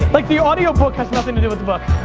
like the audio book has nothing to do with the book.